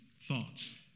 thoughts